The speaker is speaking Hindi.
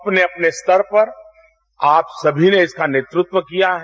अपने अपने स्तर पर आप सभी ने इसका नेतृत्व किया है